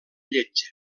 lletja